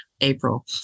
April